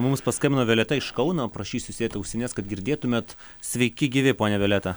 mums paskambino violeta iš kauno prašysiu užsidėt ausines kad girdėtumėt sveiki gyvi ponia violeta